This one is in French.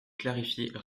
clarifier